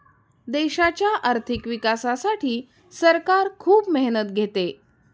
देशाच्या आर्थिक विकासासाठी सरकार खूप मेहनत घेते